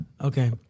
Okay